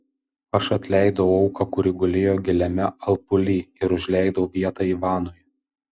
aš atleidau auką kuri gulėjo giliame alpuly ir užleidau vietą ivanui